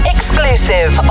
Exclusive